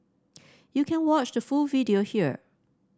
you can watch the full video here